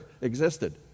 existed